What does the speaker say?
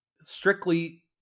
strictly